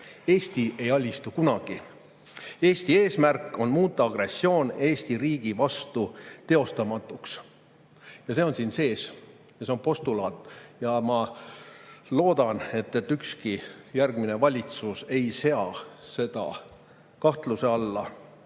Eesti ei alistu kunagi. Eesti eesmärk on muuta agressioon Eesti riigi vastu teostamatuks." See on siin sees ja see on postulaat. Ma loodan, et ükski järgmine valitsus ei sea seda kahtluse alla